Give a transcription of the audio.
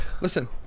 Listen